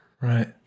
Right